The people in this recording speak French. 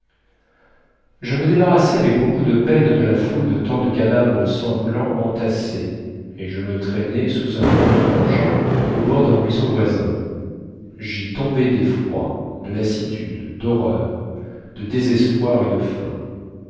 je me débarrassai avec beaucoup de peine de la foule de tant de cadavres sanglants entassés et je me traînai sous un grand oranger au bord d'un ruisseau voisin j'y tombai d'effroi de lassitude d'horreur de désespoir et de faim